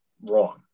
wrong